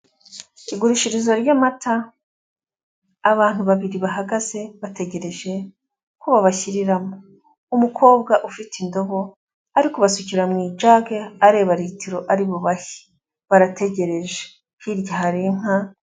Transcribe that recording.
Igurishirizo ry'amata, abantu babiri bahagaze bategereje ko babashyiriramo, umukobwa ufite indobo ari kubasukira mu ijage, areba litiro ari bubahe, barategereje hirya hari inka.